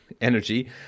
energy